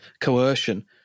coercion